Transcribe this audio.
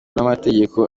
n’amategeko